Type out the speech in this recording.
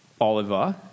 Oliver